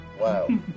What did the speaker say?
Wow